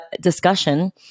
discussion